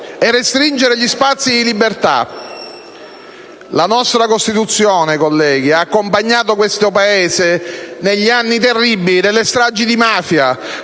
e restringere gli spazi di libertà. La nostra Costituzione, colleghi, ha accompagnato questo Paese negli anni terribili delle stragi di mafia,